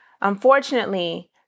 Unfortunately